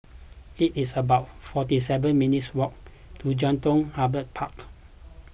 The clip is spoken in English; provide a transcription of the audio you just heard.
it is about forty seven minutes' walk to Jelutung Harbour Park